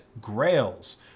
Grails